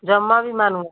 ଜମା ବି ମାନୁନା